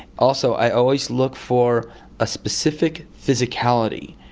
also, i always look for a specific physicality.